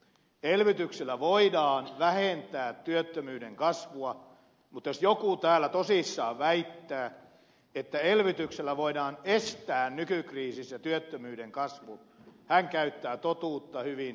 elvytyksellä voidaan vähentää työttömyyden kasvua mutta jos joku täällä tosissaan väittää että elvytyksellä voidaan estää nykykriisissä työttömyyden kasvu hän käyttää totuutta hyvin säästeliäästi